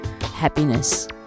happiness